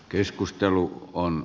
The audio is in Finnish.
keskustelu on